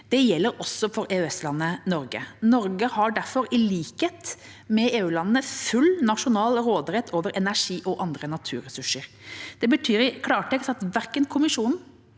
Det gjelder også for EØS-landet Norge. Norge har derfor, i likhet med EU-landene, full nasjonal råderett over energi- og andre naturressurser. Det betyr i klartekst at verken EUkommisjonen,